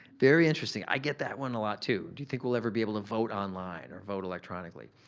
very interesting. i get that one a lot too. do you think we'll ever be able to vote online or vote electronically?